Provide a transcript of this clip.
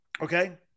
okay